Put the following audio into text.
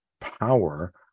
power